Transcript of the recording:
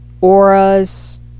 auras